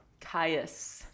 Caius